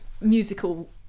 musical